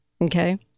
Okay